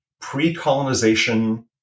pre-colonization